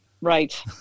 right